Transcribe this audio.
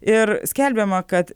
ir skelbiama kad